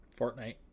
Fortnite